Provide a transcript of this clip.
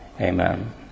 Amen